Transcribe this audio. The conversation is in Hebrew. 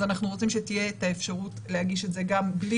אז אנחנו רוצים שתהיה את האפשרות להגיש את זה גם בלי